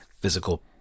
physical